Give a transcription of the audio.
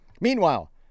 Meanwhile